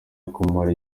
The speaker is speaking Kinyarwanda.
kumara